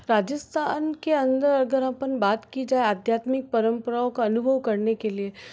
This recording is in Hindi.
राजस्थान के अंदर अगर अपन बात की जाए आध्यात्मिक परम्पराओं का अनुभव करने के लिए